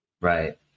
Right